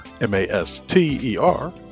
m-a-s-t-e-r